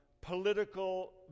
political